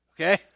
Okay